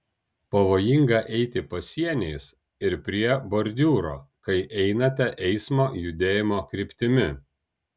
pavojinga eiti pasieniais ir prie bordiūro kai einate eismo judėjimo kryptimi